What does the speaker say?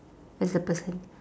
where's the person